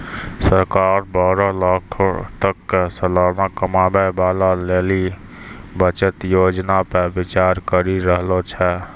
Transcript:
सरकार बारह लाखो तक के सलाना कमाबै बाला लेली बचत योजना पे विचार करि रहलो छै